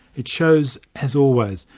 it shows, as always,